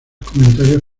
comentarios